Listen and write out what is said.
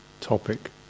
topic